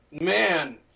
Man